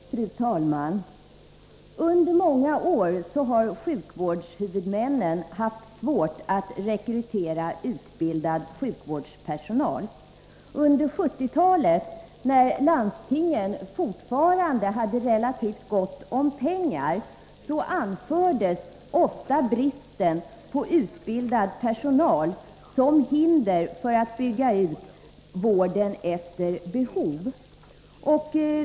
Fru talman! Under många år har sjukvårdshuvudmännen haft svårt att rekrytera utbildad sjukvårdspersonal. Under 1970-talet, när landstingen fortfarande hade relativt gott om pengar, anfördes bristen på utbildad personal som hinder för att bygga ut vården efter behov.